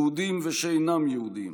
יהודים ושאינם יהודים,